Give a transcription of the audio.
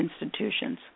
institutions